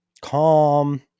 calm